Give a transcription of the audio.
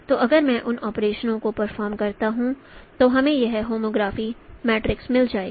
और अगर मैं उन ऑपरेशनों को परफॉर्म करता हूं तो हमें यह होमोग्राफी मैट्रिक्स मिल जाएगी